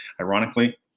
ironically